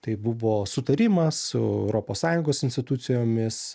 tai buvo sutarimas su europos sąjungos institucijomis